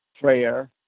prayer